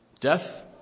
Death